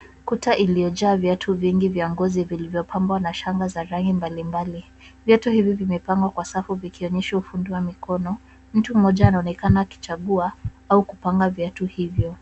Kuta iliyojaa viatu vingi vya ngozi vilivyopambwa na shanga za rangi mbalimbali. Viatu hivi vimepangwa kwa safu vikionyesha ufundi wa mikono, mtu mmoja anaonekana akichagua, au kupanga viatu hivyo.